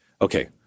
Okay